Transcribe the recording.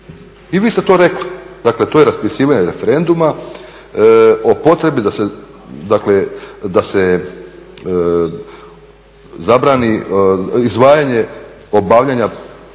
i vi ste to rekli. dakle to je raspisivanje referenduma o potrebi da je izdvajanje donošenje